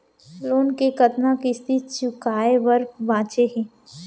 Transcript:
Loan के कतना किस्ती चुकाए बर बांचे हे?